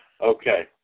Okay